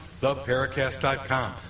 theparacast.com